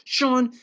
Sean